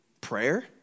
prayer